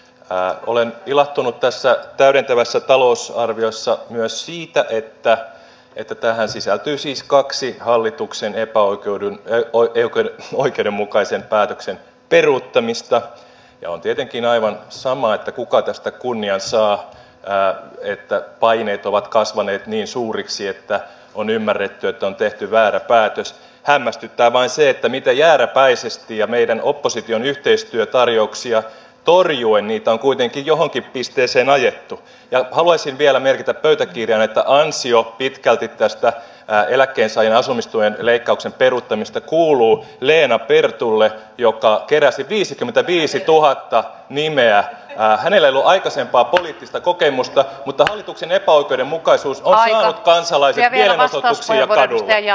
täällä olen ilahtunut tässä täydentävässä talousarviossa myös siitä että joku tähän sisältyy siis kaksi hallituksen ey oikeuden ja oikeuden oikeudenmukaisen päätöksen peruuttamista ja on tietenkin aivan sama että kuka tästä kunnian saa ja että paineet ovat kasvaneet niin suuriksi että on ymmärretty että on tehty väärä päätös hämmästyttää vain siitä miten jääräpäisesti ja meidän opposition yhteistyötarjouksia torjuen niitä on kuitenkin johonkin pisteeseen ajettu ja haluaisin vielä merkitä pöytäkirjaan että ansiot pitkälti tästä eläkkeensaajien asumistuen leikkauksen peruuttamisesta kuuluun leena pertulle joka keräsi viisikymmentäviisituhatta nimeä ja hänen leluaikaisempaa poliittista kokemusta mutta hallituksen epäoikeudenmukaisuus on aina kansalaisia ja isoja kadulle ja